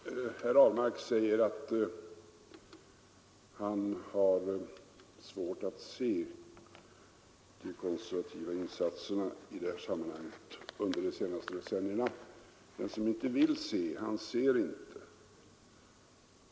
Herr talman! Herr Ahlmark säger att han har svårt att se de konservativa insatserna i detta sammanhang under de senaste decennierna. Den som inte vill se han ser inte.